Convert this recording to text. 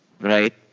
right